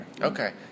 okay